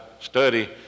study